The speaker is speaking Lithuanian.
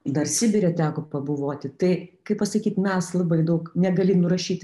dar sibire teko pabuvoti tai kaip pasakyt mes labai daug negali nurašyt